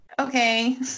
okay